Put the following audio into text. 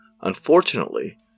Unfortunately